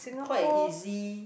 quite a easy